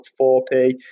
4p